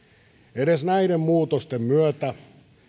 edes näiden muutosten myötä